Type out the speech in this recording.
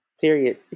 Period